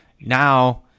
Now